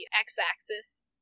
x-axis